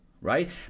right